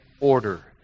order